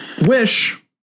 Wish